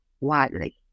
widely